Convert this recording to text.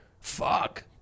Fuck